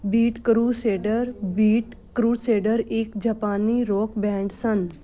beat Crusaders Beat Crusaders ਇੱਕ ਜਾਪਾਨੀ rock band ਸਨ